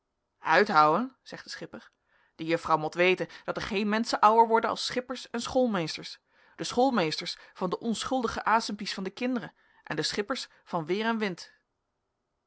uithouën zegt de schipper de juffrouw mot weten dat er geen menschen ouèr worden as schippers en schoolmeesters de schoolmeesters van de onschuldige asempies van de kinderen en de schippers van weer en wind